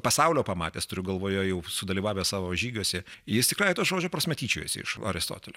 pasaulio pamatęs turiu galvoje jau sudalyvavęs savo žygiuose jis tikrąja to žodžio prasme tyčiojosi iš aristotelio